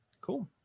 Cool